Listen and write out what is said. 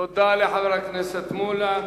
תודה לחבר הכנסת מולה.